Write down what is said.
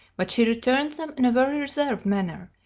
but she returned them in a very reserved manner,